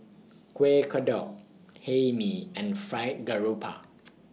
Kueh Kodok Hae Mee and Fried Garoupa